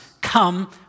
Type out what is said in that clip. come